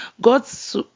god's